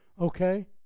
okay